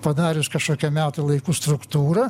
padarius kažkokią metų laikų struktūrą